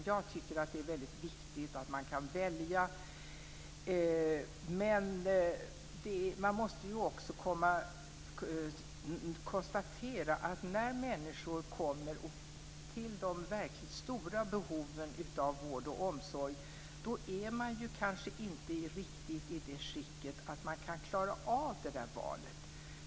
Jag tycker att det är väldigt viktigt att man kan välja, men man måste också konstatera att när människor kommer till de verkligt stora behoven av vård och omsorg är de kanske inte riktigt i det skicket att de kan klara av det där valet.